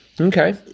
Okay